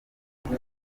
none